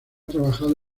trabajado